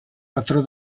patró